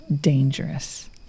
dangerous